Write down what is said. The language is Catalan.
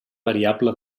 variable